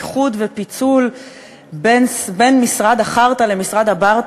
איחוד ופיצול בין משרד החארטה למשרד הברטה,